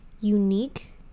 unique